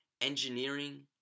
engineering